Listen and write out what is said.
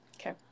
Okay